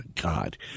God